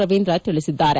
ರವೀಂದ್ರ ತಿಳಿಸಿದ್ದಾರೆ